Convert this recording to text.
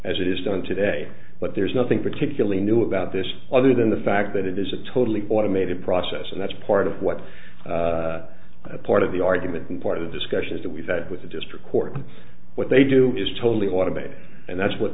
as it is done today but there's nothing particularly new about this other than the fact that it is a totally automated process and that's part of what part of the argument and part of the discussions that we've had with the district court and what they do is totally automated and that's what